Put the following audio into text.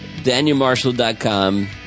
DanielMarshall.com